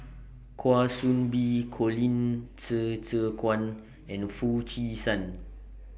Kwa Soon Bee Colin Qi Zhe Quan and Foo Chee San